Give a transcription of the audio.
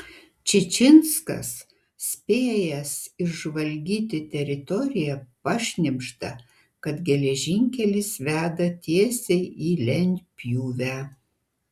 čičinskas spėjęs išžvalgyti teritoriją pašnibžda kad geležinkelis veda tiesiai į lentpjūvę